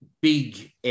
big